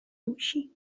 dusi